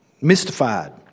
mystified